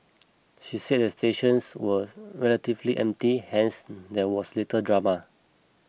she said the station was relatively empty hence there was little drama